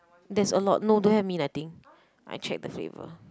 there's a lot no don't have mint I think I check the flavour